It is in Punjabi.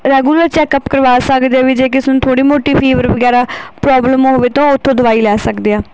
ਰੈਗੂਲਰ ਚੈੱਕਅਪ ਕਰਵਾ ਸਕਦੇ ਹੈ ਵੀ ਜੇ ਕਿਸੇ ਨੂੰ ਥੋੜ੍ਹੀ ਮੋਟੀ ਫੀਵਰ ਵਗੈਰਾ ਪ੍ਰੋਬਲਮ ਹੋਵੇ ਤਾਂ ਉੱਥੋਂ ਦਵਾਈ ਲੈ ਸਕਦੇ ਆ